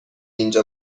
اینجا